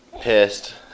pissed